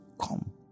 come